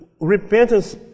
repentance